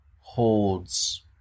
holds